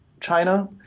China